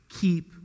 keep